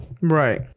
right